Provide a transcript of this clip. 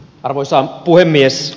arvoisa puhemies